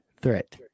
Threat